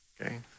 okay